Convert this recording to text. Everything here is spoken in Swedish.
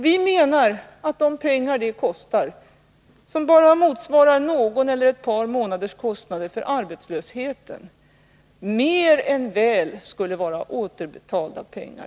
Vi menar att de pengar det kostar — som bara motsvarar någon eller ett par månaders kostnader för arbetslösheten — mer än väl skulle återbetala sig.